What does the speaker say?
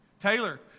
Taylor